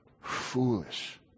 foolish